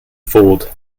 fooled